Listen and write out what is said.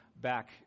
back